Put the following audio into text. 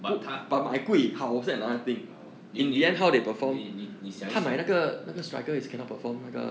but 他 orh 你你你你你你想一想